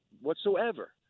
whatsoever